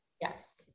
yes